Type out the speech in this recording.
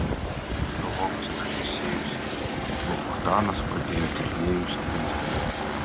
archeologas aleksiejus luchtanas pradėjo tyrinėjimus afganistane